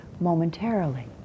momentarily